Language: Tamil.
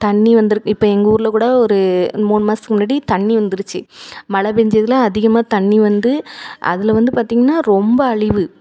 தண்ணி வந்திருக்கு இப்போது எங்கள் ஊரில் கூட ஒரு மூணு மாதத்துக்கு முன்னாடி தண்ணி வந்துடுச்சி மழை பேய்ஞ்சதுல அதிகமாக தண்ணி வந்து அதில் வந்து பார்த்தீங்கன்னா ரொம்ப அழிவு